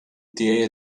tiegħi